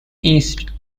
east